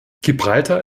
gibraltar